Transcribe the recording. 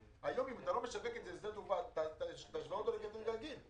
היום אם אתה לא משווק את זה לשדה התעופה אז תשווה אותו לקייטרינג רגיל.